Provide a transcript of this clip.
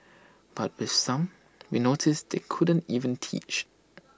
but with some we noticed they couldn't even teach